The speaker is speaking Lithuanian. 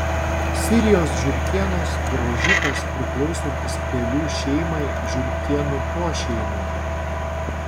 sirijos žiurkėnas graužikas priklausantis pelių šeimai žiurkėnų pošeimiui